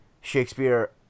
shakespeare